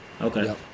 okay